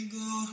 go